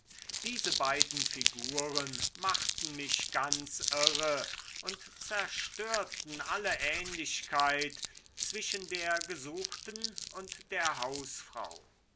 diese beiden figuren machten mich ganz irre und zerstörten alle ähnlichkeit zwischen der gesuchten und der hausfrau